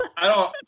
i don't